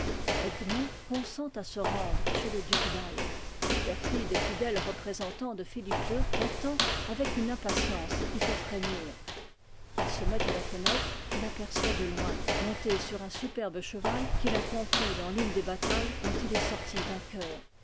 consent à se rendre chez le duc d'albe le perfide et fidèle représentant de philippe ii l'attend avec une impatience qui fait frémir il se met à la fenêtre et l'aperçoit de loin monté sur un superbe cheval qu'il a conquis dans l'une des batailles dont il est sorti vainqueur